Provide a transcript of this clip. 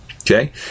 Okay